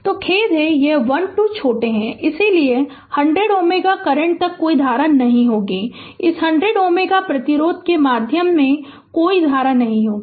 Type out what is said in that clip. तो खेद है कि यह 1 2 छोटा है इसलिए 100 Ω करंट तक कोई धारा नहीं होगी और इस 100 Ω प्रतिरोध के माध्यम से कोई धारा नहीं होगी